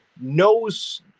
Knows